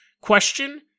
question